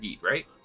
right